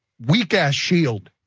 weak ass shield.